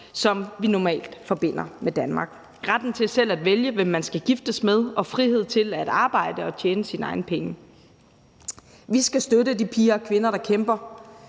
som vi normalt forbinder med Danmark. Det er retten til selv at vælge, hvem man skal giftes med, og frihed til at arbejde og tjene sine egne penge. Vi skal støtte de piger og kvinder, der kæmper